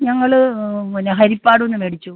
ഞങ്ങൾ പിന്നെ ഹരിപ്പാടുന്ന് മേടിച്ചു